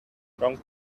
strong